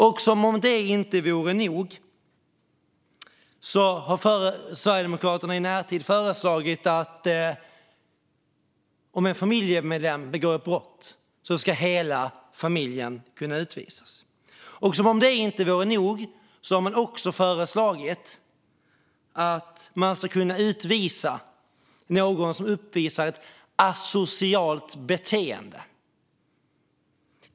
Och som om det inte vore nog har Sverigedemokraterna i närtid föreslagit att om en familjemedlem begår ett brott ska hela familjen kunna utvisas. Och som om det inte vore nog har de också föreslagit och att man ska kunna utvisa någon som uppvisar ett asocialt beteende.